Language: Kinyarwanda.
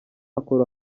nkora